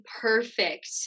perfect